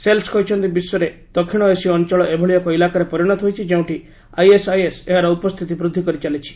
cells କହିଚ୍ଚନ୍ତି ବିଶ୍ୱରେ ଦକ୍ଷିଣ ଏସୀୟ ଅଞ୍ଚଳ ଏଭଳି ଏକ ଇଲାକାରେ ପରିଣତ ହୋଇଛି ଯେଉଁଠି ଆଇଏସ୍ଆଇଏସ୍ ଏହାର ଉପସ୍ଥିତି ବୃଦ୍ଧି କରିଚାଲିଛି